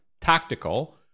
tactical